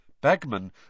Bagman